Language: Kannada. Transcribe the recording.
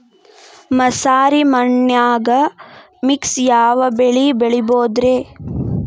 ಮಸಾರಿ ಮಣ್ಣನ್ಯಾಗ ಮಿಕ್ಸ್ ಯಾವ ಬೆಳಿ ಬೆಳಿಬೊದ್ರೇ?